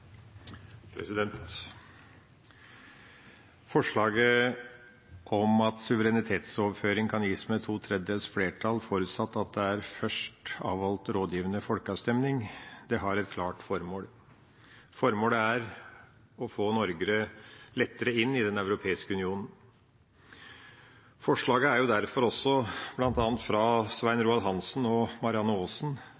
er avholdt rådgivende folkeavstemning, har et klart formål. Formålet er å få Norge lettere inn i Den europeiske union. Forslaget er derfor også bl.a. fra Svein